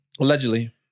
Allegedly